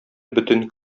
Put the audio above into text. бөтен